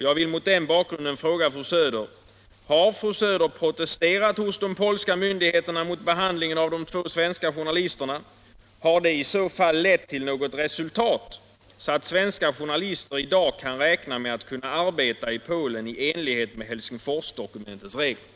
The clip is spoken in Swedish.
Jag vill mot denna bakgrund fråga fru Söder: Har fru Söder protesterat hos de polska myndigheterna mot behandlingen av de två svenska journalisterna? Har det i så fall lett till något resultat, så att svenska journalister i dag kan räkna med att kunna arbeta i Polen i enlighet med Helsingforsdokumentets regler?